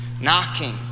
knocking